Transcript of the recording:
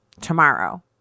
tomorrow